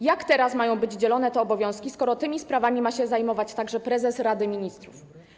Jak teraz mają być dzielone te obowiązki, skoro tymi sprawami ma się zajmować także prezes Rady Ministrów?